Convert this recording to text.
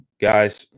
guys